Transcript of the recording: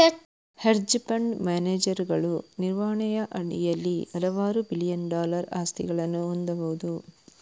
hedge fund ಮ್ಯಾನೇಜರುಗಳು ನಿರ್ವಹಣೆಯ ಅಡಿಯಲ್ಲಿ ಹಲವಾರು ಬಿಲಿಯನ್ ಡಾಲರ್ ಆಸ್ತಿಗಳನ್ನು ಹೊಂದಬಹುದು